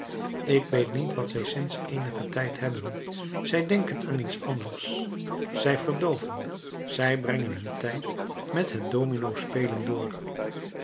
ik weet niet wat zij sinds eenigen tijd hebben zij denken aan iets anders zij verdooven zij brengen hun tijd met het dominospelen door